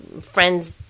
friends